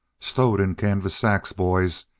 stowed in canvas sacks, boys.